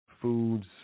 foods